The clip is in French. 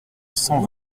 cent